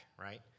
right